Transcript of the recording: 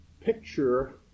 picture